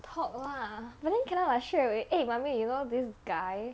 talk ah but then cannot like straight away eh mummy you know this guy